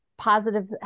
positive